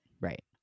right